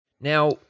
Now